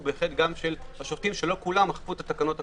של השופטים שלא כולם מחקו את התקנות הקיימות.